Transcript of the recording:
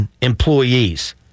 employees